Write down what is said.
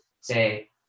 say